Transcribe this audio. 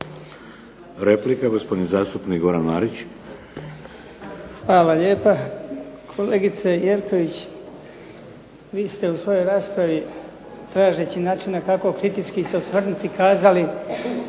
Replika, gospodin zastupnik Goran Marić. **Marić, Goran (HDZ)** Hvala lijepa. Kolegice Jerković, vi ste u svojoj raspravi tražeći načina kako kritički se osvrnuti kazali